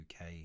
uk